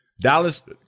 Dallas